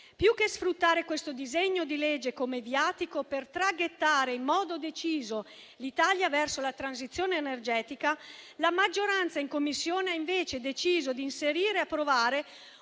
Più che sfruttare questo disegno di legge come viatico per traghettare in modo deciso l'Italia verso la transizione energetica, la maggioranza in Commissione ha invece deciso di inserire e approvare